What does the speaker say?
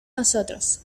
nosotros